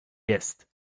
jest